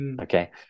Okay